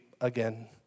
again